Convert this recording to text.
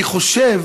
אני חושב